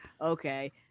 Okay